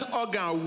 organ